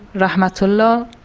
rahmatulo,